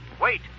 Wait